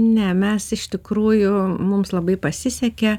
ne mes iš tikrųjų mums labai pasisekė